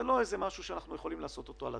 זה לא משהו שאנחנו יכולים לעשות על-הדרך.